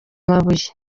amabuye